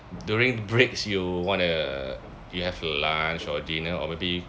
during breaks you want to you have lunch or dinner or maybe